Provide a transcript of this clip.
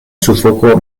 sufoko